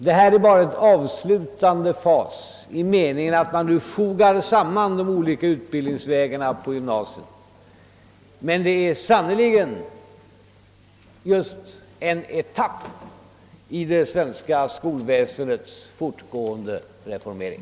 Det är här fråga om en avslutande fas i den meningen att man fogar samman de olika utbildningsvägarna på gymnasiet, men det gäller sannerligen också en etapp i det svenska skolväsendets fortgående reformering.